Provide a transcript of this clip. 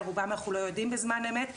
על רובם אנחנו לא יודעים בזמן אמת,